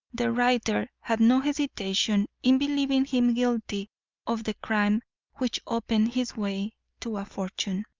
the writer had no hesitation in believing him guilty of the crime which opened his way to a fortune,